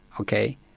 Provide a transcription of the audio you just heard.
okay